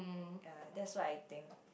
ya that's what I think